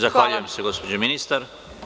Zahvaljujem se, gospođo ministar.